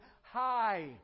high